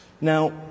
Now